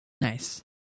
nice